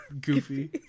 Goofy